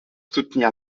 soutenir